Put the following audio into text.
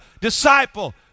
disciple